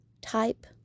type